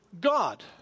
God